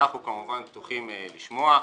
אנחנו כמובן פתוחים לשמוע.